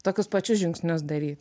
tokius pačius žingsnius daryt